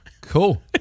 cool